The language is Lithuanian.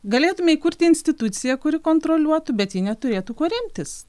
galėtumėme įkurti instituciją kuri kontroliuotų bet ji neturėtų kuo remtis